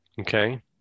Okay